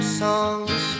songs